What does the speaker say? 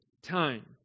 time